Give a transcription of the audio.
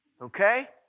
Okay